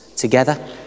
together